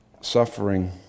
Suffering